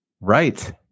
Right